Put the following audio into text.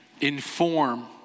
inform